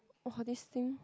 !wah! this thing